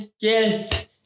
get